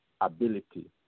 ability